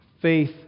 Faith